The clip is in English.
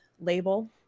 label